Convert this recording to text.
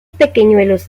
pequeñuelos